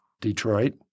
Detroit